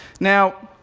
now,